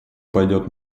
пойдет